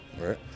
right